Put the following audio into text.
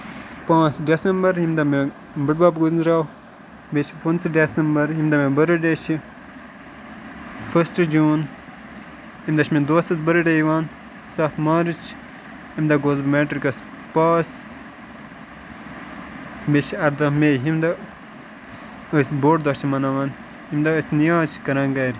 پانٛژھ ڈیسَمبر ییٚمہِ دۄہ مےٚ بٔڈۍ بب گُزریوو بیٚیہِ چھُ پٔنژھ ڈیسیمبر ییٚمہِ دۄہ مےٚ بٔرٕتھ ڈے چھُ فٔسٹ جوٗن تَمہِ دۄہ چھُ مےٚ دوتَس بٔرٕتھ ڈے یِوان سَتھ مارٕچ تَمہِ دۄہ گوٚوس بہٕ میٹرِکس پاس بیٚیہِ چھُ اَرداہ مے ییٚمہِ دۄہ أسۍ بوٚڑ دۄہ چھِ مَناوان ییٚمہِ دۄہ أسۍ نیاز چھِ کران گرِ